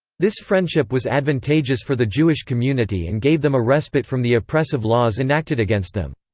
this friendship was advantageous for the jewish community and gave them a respite from the oppressive laws enacted against them.